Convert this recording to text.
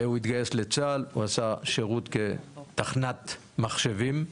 הוא התגייס לצה"ל, הוא עשה שירות כתכנת מחשבים.